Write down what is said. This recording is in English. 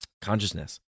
consciousness